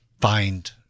find